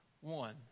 one